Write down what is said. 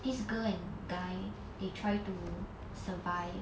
this girl and guy they try to survive